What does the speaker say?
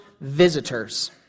visitors